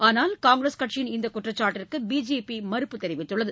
ஆனால் காங்கிரஸ் கட்சியின் இந்தக் குற்றச்சாட்டிற்கு பிஜேபி மறுப்பு தெரிவித்துள்ளது